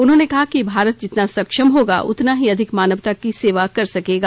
उन्होंने कहा कि भारत जितना सक्षम होगा उतना ही अधिक मानवता की सेवा कर सकेगा